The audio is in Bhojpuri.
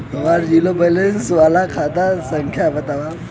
हमार जीरो बैलेस वाला खाता संख्या वतावा?